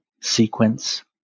sequence